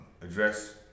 address